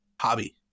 Hobby